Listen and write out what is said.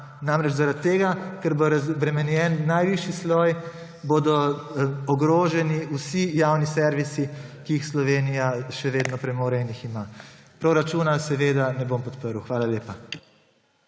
manj. Zaradi tega, ker bo razbremenjen najvišji sloj, bodo namreč ogroženi vsi javni servisi, ki jih Slovenija še vedno premore in jih ima. Proračuna seveda ne bom podprl. Hvala lepa.